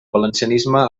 valencianisme